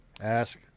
Ask